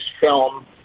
film